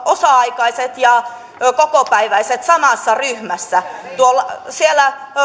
osa aikaiset ja kokopäiväiset samassa ryhmässä siellä